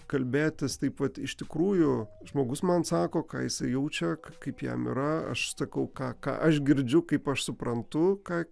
kalbėtis taip vat iš tikrųjų žmogus man sako ką jisai jaučia kaip jam yra aš sakau ką ką aš girdžiu kaip aš suprantu ką